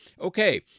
Okay